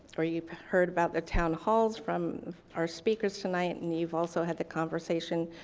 or you've heard about the town halls from our speakers tonight, and you've also had the conversation.